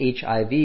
HIV